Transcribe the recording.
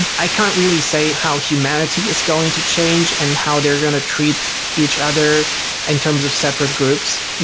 and i can't really say how humanity is going to change and how they're going to treat each other in terms of separate groups.